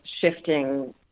shifting